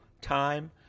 time